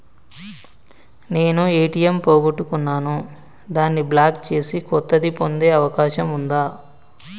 నేను ఏ.టి.ఎం పోగొట్టుకున్నాను దాన్ని బ్లాక్ చేసి కొత్తది పొందే అవకాశం ఉందా?